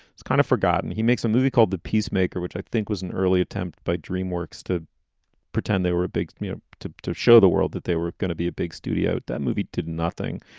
it's kind of forgotten. he makes a movie called the peacemaker, which i think was an early attempt by dreamworks to pretend they were a big smear to to show the world that they were going to be a big studio. that movie did nothing.